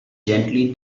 gently